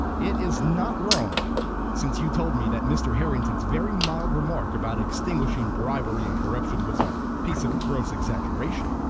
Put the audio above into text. it is not long since you told me that mr. harrington's very mild remark about extinguishing bribery and corruption was a piece of gross exaggeration,